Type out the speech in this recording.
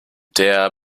der